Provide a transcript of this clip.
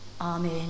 Amen